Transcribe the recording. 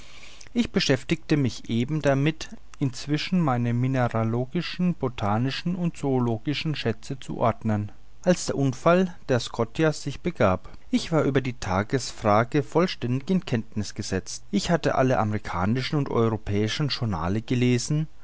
ich beschäftigte mich eben damit inzwischen meine mineralogischen botanischen und zoologischen schätze zu ordnen als der unfall des scotia sich begab ich war über die tagesfrage vollständig in kenntniß gesetzt ich hatte alle amerikanischen und europäischen journale gelesen